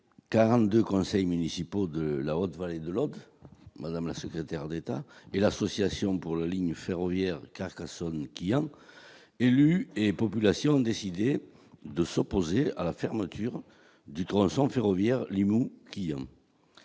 42 conseils municipaux de la haute vallée de l'aube, madame la secrétaire d'État et l'Association pour la ligne ferroviaire Carcassonne-Quillan, élus et population, décidé de s'opposer à la fermeture du tronçon ferroviaire Limoux, Quillan,